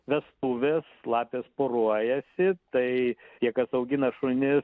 vestuvės lapės poruojasi tai tie kas augina šunis